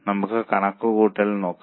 നമുക്ക് കണക്കുകൂട്ടൽ നോക്കാം